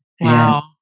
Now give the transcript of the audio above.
Wow